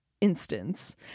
instance